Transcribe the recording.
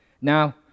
Now